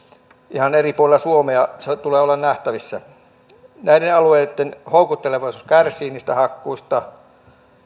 ihan eri puolilla suomea se tulee olemaan nähtävissä näiden alueitten houkuttelevuus kärsii niistä hakkuista